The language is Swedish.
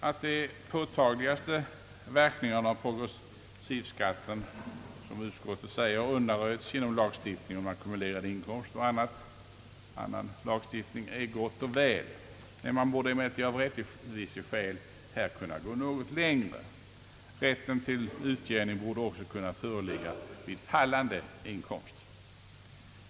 Att de påtagligaste verkningarna av progressivskatten — som utskottet säger — undanröjts genom lagstiftning om ackumulerad inkomst och annan lagstiftning är gott och väl. Man borde emellertid av rättviseskäl här kunna gå något längre. Rätten till utjämning borde också kunna föreligga vid fallande inkomst.